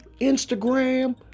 Instagram